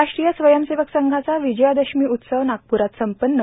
राष्ट्रीय स्वयंसेवक संघाचा विजयादशमी उत्सव नागपुरात संपन्न